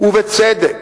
ובצדק,